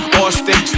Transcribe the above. Austin